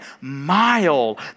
mile